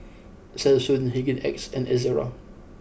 Selsun Hygin X and Ezerra